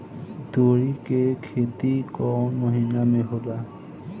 तोड़ी के खेती कउन महीना में होला?